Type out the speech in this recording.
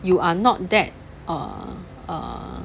you are not that err err